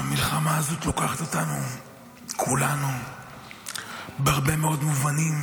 המלחמה הזאת לוקחת אותנו כולנו בהרבה מאוד מובנים